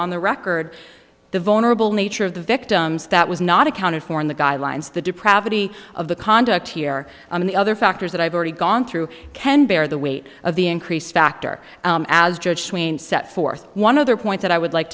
on the record the vulnerable nature of the victims that was not accounted for in the guidelines the depravity of the conduct here on the other factors that i've already gone through can bear the weight of the increased factor as set forth one other point that i would like